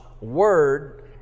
Word